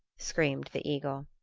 screamed the eagle.